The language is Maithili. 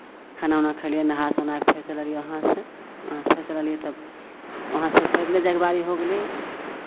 खाना वाना खेलियै नहा सुना कऽ फेर चललियै वहाँसँ वहाँसँ फेर चललियै तब वहाँसँ फेर पैदले जायके बारी होय गेलै